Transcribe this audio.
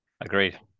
Agreed